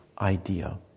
idea